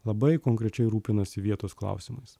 labai konkrečiai rūpinasi vietos klausimais